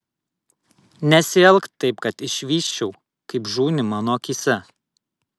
nesielk taip kad išvysčiau kaip žūni mano akyse